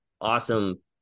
awesome